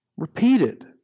Repeated